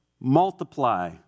Multiply